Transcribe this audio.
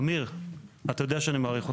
אמיר, אתה יודע שאני מעריך אותך,